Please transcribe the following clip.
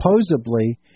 supposedly